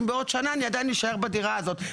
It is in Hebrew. בעוד שנה אני עדיין אשאר בדירה הזאת.